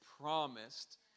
promised